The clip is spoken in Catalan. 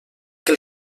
que